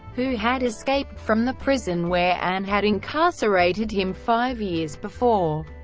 who had escaped from the prison where anne had incarcerated him five years before,